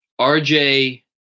rj